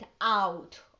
out